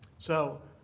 so